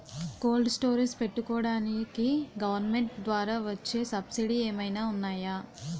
Cold storage పెట్టుకోడానికి government ద్వారా వచ్చే సబ్సిడీ ఏమైనా ఉన్నాయా?